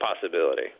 possibility